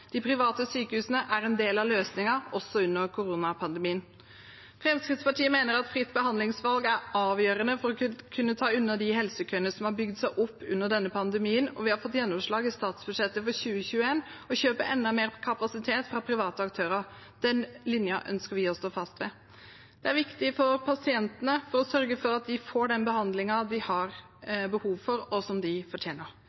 De private sykehusene er en del av løsningen også under koronapandemien. Fremskrittspartiet mener fritt behandlingsvalg er avgjørende for å kunne ta unna de helsekøene som har bygd seg opp under denne pandemien, og vi har fått gjennomslag i statsbudsjettet for 2021 for å kjøpe enda mer kapasitet fra private aktører. Den linjen ønsker vi å stå fast ved. Det er viktig for pasientene for å sørge for at de får den behandlingen de har